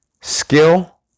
Skill